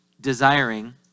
desiring